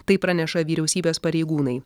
tai praneša vyriausybės pareigūnai